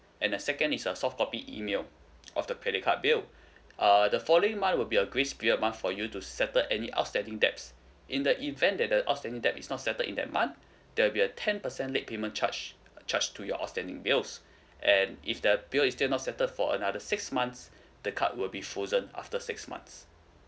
and the second is a soft copy email of the credit card bill uh the following month will be a grace period month for you to settle any outstanding debts in the event that the outstanding debts is not settle in that month there will be a ten percent late payment charge charge to your outstanding bills and if the bill is still not settle for another six months the card will be frozen after six months